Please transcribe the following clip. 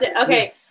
Okay